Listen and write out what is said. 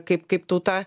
kaip kaip tauta